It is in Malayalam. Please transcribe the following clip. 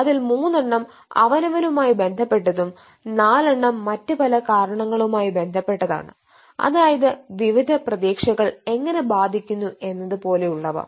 അതിൽ മൂന്നെണ്ണം അവനവനുമായി ബന്ധപ്പെട്ടതും നാലെണ്ണം മറ്റ് പല കാരണങ്ങളുമായി ബന്ധപെട്ടതുമാണ് അതായത് വിവിധ പ്രതീക്ഷകൾ എങ്ങനെ ബാധിക്കുന്നു എന്നത് പോലെ ഉള്ളവ